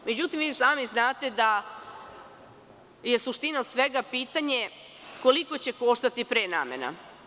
Međutim, vi i sami znate da je suština svega pitanje koliko će koštati prenamena?